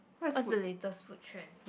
what's the latest food trend